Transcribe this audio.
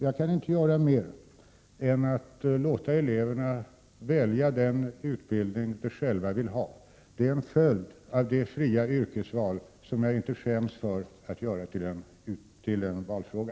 Jag kan inte göra mer än låta eleverna välja den utbildning de själva vill ha. Det är en följd av det fria yrkesvalet, som jag för min del inte skäms för att göra till en valfråga.